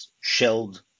shelled